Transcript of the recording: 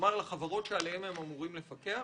כלומר לחברות שהם אמורים לפקח עליהן?